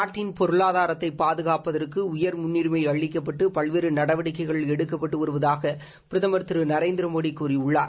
நாட்டின் பொருளாதாரத்தை பாதுகாப்பதற்கு உயா் முன்னுரிமை அளிக்கப்பட்டு பல்வேறு நடவடிக்கைகள் எடுக்கப்பட்டு வருவதாக பிரதமர் திரு நரேந்திரமோடி கூறியுள்ளார்